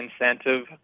incentive